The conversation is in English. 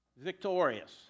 Victorious